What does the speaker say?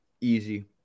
Easy